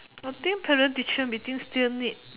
I think parent teacher meeting still need